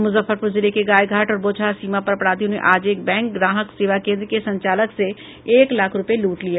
मुजफ्फरपुर जिले के गायघाट और बोचहां सीमा पर अपराधियों ने आज एक बैंक ग्राहक सेवा केन्द्र के संचालक से एक लाख रूपये लूट लिये